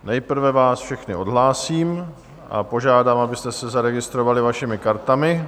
Nejprve vás všechny odhlásím a požádám vás, abyste se zaregistrovali vašimi kartami.